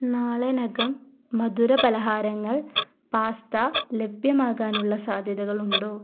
നാളെ നകം മധുരപലഹാരങ്ങൾ പാസ്ത ലഭ്യമാകാനുള്ള സാധ്യതകളുണ്ടോ